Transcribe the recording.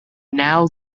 now